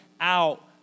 out